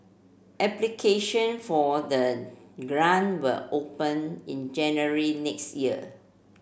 application for the grant will open in January next year